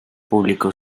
publicó